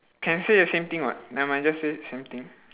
can say the same thing [what] never mind just say same thing